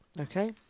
Okay